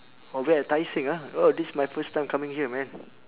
oh we at tai seng ah oh this my first time coming here man